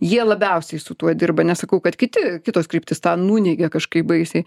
jie labiausiai su tuo dirba nesakau kad kiti kitos kryptys tą nuneigė kažkaip baisiai